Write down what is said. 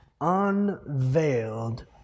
unveiled